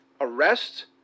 arrest